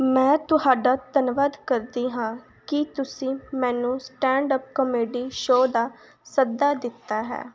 ਮੈਂ ਤੁਹਾਡਾ ਧੰਨਵਾਦ ਕਰਦੀ ਹਾਂ ਕਿ ਤੁਸੀਂ ਮੈਨੂੰ ਸਟੈਂਡ ਅਪ ਕੋਮੇਡੀ ਸ਼ੋ ਦਾ ਸੱਦਾ ਦਿੱਤਾ ਹੈ